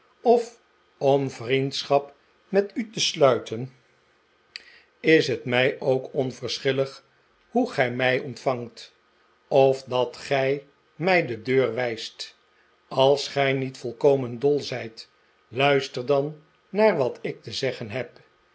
of om vriendschap met u te sluiten is het mij ook onverschillig hoe gij mij ontvangt of dat gij mij de deur wijst als gij niet volkomen dol zijt luister dan naar wat ik te zeggen heb